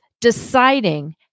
deciding